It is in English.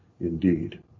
indeed